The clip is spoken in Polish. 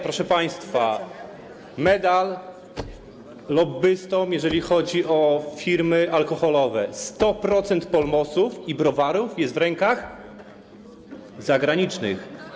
Proszę państwa, medal dla lobbystów, jeżeli chodzi o firmy alkoholowe - 100% polmosów i browarów jest w rękach zagranicznych.